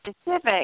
specific